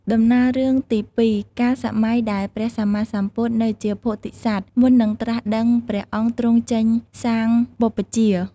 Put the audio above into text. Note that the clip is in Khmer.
ដំណាលរឿងទី២ កាលសម័យដែលព្រះសម្មាសម្ពុទនៅជាពោធិសត្វ មុននឹងត្រាស់ដឹងព្រះអង្គទ្រង់ចេញសាងបុព្វជ្ជា។